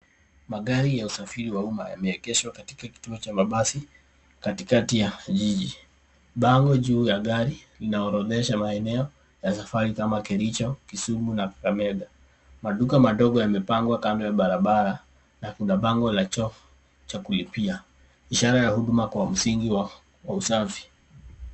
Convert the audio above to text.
Magari ya usafiri wa umma yameegeshwa katika kituo cha mabasi katikati ya jiji. Bango juu ya gari linaorodhesha maeneo ya safari kama Kericho, Kisumu na Kakamega. Maduka madogo yamepangwa kando ya barabara na kuna bango la choo cha kulipia, ishara ya huduma kwa msingi wa usafi.